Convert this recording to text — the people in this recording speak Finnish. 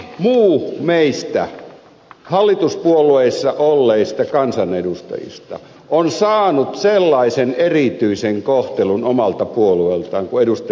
kuka muu meistä hallituspuolueissa olleista kansanedustajista on saanut sellaisen erityisen kohtelun omalta puolueeltaan kuin ed